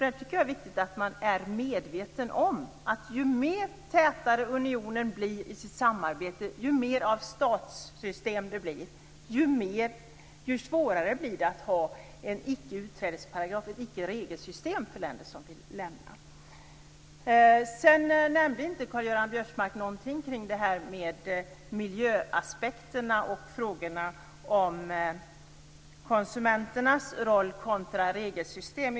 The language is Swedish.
Det är viktigt att man är medveten om att ju tätare unionen blir i sitt samarbete och ju mer av statssystem det blir, desto svårare blir det att ha en ickeutträdesparagraf, ett ickeregelsystem, för länder som vill lämna. Sedan nämnde inte Karl-Göran Biörsmark någonting om det här med miljöaspekterna och frågorna om konsumenternas roll kontra regelsystemen.